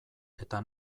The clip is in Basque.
eta